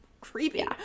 Creepy